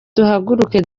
duhaguruke